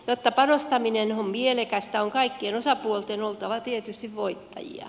jotta panostaminen on mielekästä on kaikkien osapuolten oltava tietysti voittajia